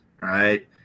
Right